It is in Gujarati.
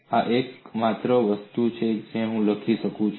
આ એકમાત્ર વસ્તુ છે જે હું લખી શકું છું